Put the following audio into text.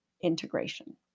integration